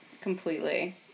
completely